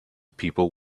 people